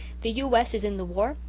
the u. s. is in the war,